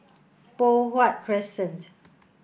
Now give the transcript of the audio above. Poh Huat Crescent